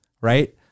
right